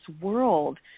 world